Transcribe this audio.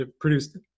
produced